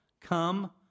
come